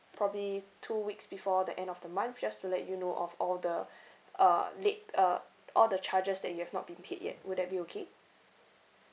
probably two weeks before the end of the month just to let you know of all the uh late uh all the charges that you have not been paid yet would that be okay